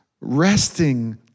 Resting